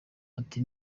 ati